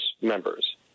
members